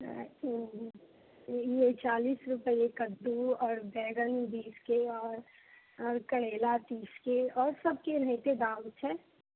ई अछि चालिस रुपए कद्दू आओर बैगन बीसके आओर करेला तीसके आओर सबके एनहिते दाम छै